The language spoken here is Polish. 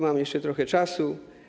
Mam jeszcze trochę czasu.